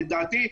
לדעתי,